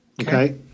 Okay